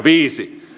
viisi